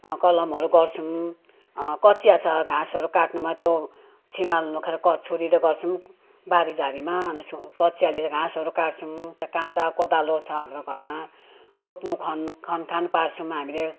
कलमहरू गर्छौँ कँचिया छ घाँसहरू काट्नमा त्यो छिमाल्नु के अरे क छुरीले गर्छौँ बारीझारीमा कँचियाले घाँसहरू काट्छौँ त्यहाँ काँटा कोदालो छ हाम्रो घरमा रोप्नु खन्नु खनखान पार्छौँ हामीले